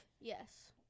yes